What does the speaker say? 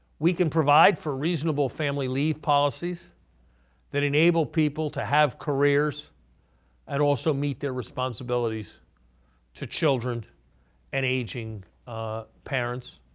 we can provide for reasonable family leave policies that enable people to have careers and also meet their responsibilities to children and aging parents.